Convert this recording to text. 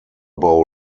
bowl